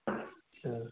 अच्छा